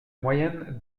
moyenne